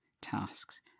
tasks